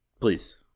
Please